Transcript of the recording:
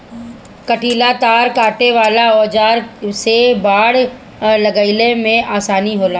कंटीला तार काटे वाला औज़ार से बाड़ लगईले में आसानी होला